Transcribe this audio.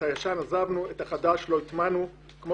את הישן עזבנו ואת החדש לא הטמענו כמו